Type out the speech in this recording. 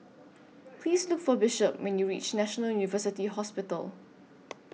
Please Look For Bishop when YOU REACH National University Hospital